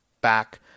back